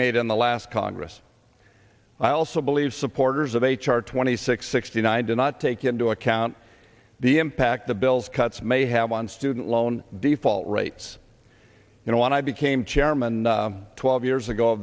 made in the last congress i also believe supporters of h r twenty six sixty nine did not take into account the impact the bill's cuts may have on student loan default rates you know when i became chairman twelve years ago